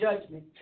judgment